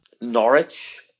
Norwich